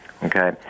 Okay